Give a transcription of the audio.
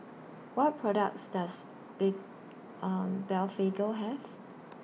What products Does Blephagel Have